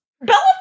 Bella